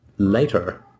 later